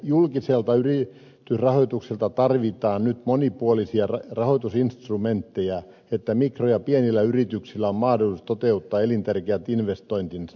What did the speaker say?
julkiselta yritysrahoitukselta vaaditaan nyt monipuolisia rahoitusinstrumentteja että mikro ja pienillä yrityksillä on mahdollisuus toteuttaa elintärkeät investointinsa